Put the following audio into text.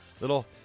Little